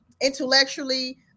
intellectually